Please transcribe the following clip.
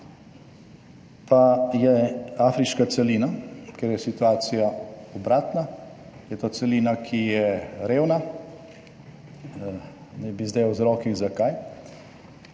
pa je afriška celina, kjer je situacija obratna. Je to celina, ki je revna, ne bi zdaj o vzrokih zakaj